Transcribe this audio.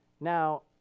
Now